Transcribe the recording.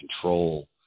control